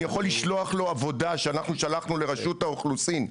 אני יכול לשלוח לו עבודה שאנחנו שלחנו לרשות האוכלוסין,